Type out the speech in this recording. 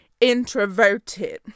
introverted